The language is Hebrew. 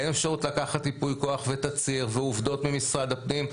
אין אפשרות לקחת ייפוי כוח ותצהיר ועובדות ממשרד הפנים,